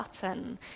button